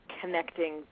connecting